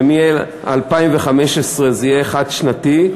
ומ-2015 זה יהיה חד-שנתי,